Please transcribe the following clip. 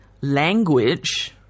language